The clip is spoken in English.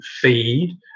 feed